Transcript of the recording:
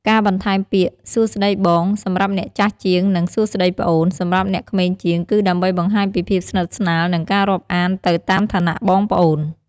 ការបន្ថែមពាក្យ "សួស្ដីបង" សម្រាប់អ្នកចាស់ជាង និង "សួស្ដីប្អូន" សម្រាប់អ្នកក្មេងជាង គឺដើម្បីបង្ហាញពីភាពស្និទ្ធស្នាល និងការរាប់អានទៅតាមឋានៈបងប្អូន។